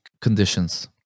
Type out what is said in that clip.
conditions